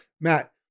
Matt